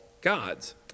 gods